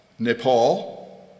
Nepal